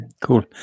Cool